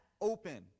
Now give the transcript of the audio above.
open